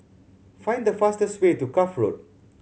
find the fastest way to Cuff Road